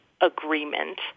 agreement